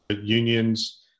unions